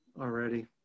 already